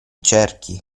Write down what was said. cerchi